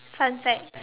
fun fact